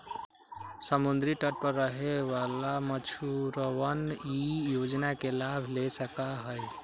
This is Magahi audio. समुद्री तट पर रहे वाला मछुअरवन ई योजना के लाभ ले सका हई